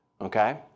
Okay